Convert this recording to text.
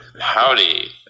Howdy